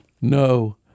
no